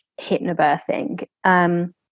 hypnobirthing